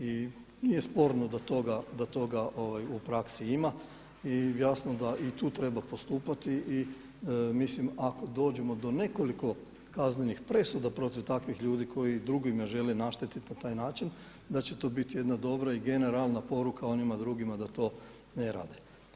I nije sporno da toga u praksi ima i jasno da i tu treba postupati i mislim ako dođemo do nekoliko kaznenih presuda protiv takvih ljudi koji drugima žele naštetiti na takav način, da će to biti jedna dobra i generalna poruka onima drugima da to ne rade.